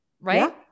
right